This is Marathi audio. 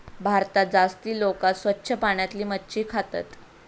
भारतात जास्ती लोका स्वच्छ पाण्यातली मच्छी खातत